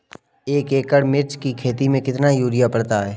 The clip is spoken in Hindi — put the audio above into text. एक एकड़ मिर्च की खेती में कितना यूरिया पड़ता है?